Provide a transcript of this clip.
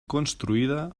construïda